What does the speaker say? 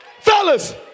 fellas